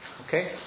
Okay